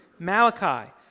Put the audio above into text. Malachi